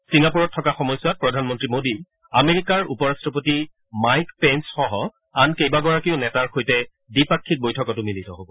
ছিংগাপৰত থকা সময়ছোৱাত প্ৰধানমন্ত্ৰী মোদী আমেৰিকাৰ উপ ৰাট্টপতি মাইক পেঞ্চসহ আন কেইবাগৰাকীও নেতাৰ সৈতে দ্বিপাক্ষিক বৈঠকতো মিলিত হ'ব